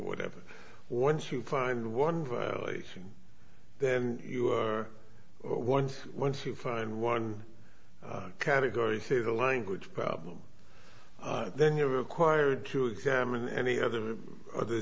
whatever once you find one violation then you are one once you find one category say the language problem then you are required to examine any other other